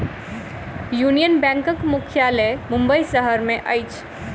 union बैंकक मुख्यालय मुंबई शहर में अछि